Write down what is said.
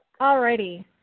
Alrighty